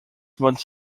months